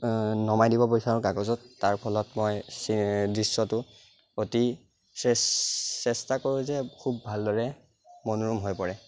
নমাই দিব বিচাৰো কাগজত তাৰফলত মই দৃশ্যটো অতি চেষ্টা কৰোঁ যে খুব ভালদৰে মনোৰম হৈ পৰে